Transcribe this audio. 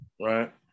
Right